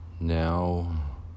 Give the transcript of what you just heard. Now